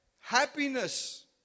Happiness